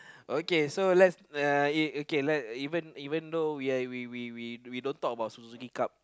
okay so let's uh okay let even even though ya we we we we don't talk about Suzuki-Cup